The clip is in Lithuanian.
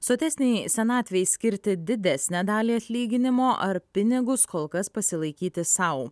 sotesnei senatvei skirti didesnę dalį atlyginimo ar pinigus kol kas pasilaikyti sau